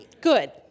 good